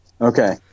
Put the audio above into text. Okay